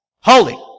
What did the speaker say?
Holy